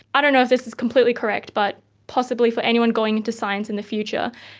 i don't know if this is completely correct but possibly for anyone going into science in the future,